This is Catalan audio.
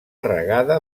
regada